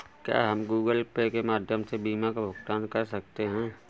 क्या हम Google Pay के माध्यम से बीमा का भुगतान कर सकते हैं?